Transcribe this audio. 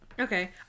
Okay